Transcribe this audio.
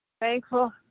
Thankful